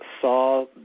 saw